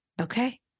Okay